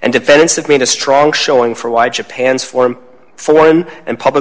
and defensive made a strong showing for why japan's form for one and public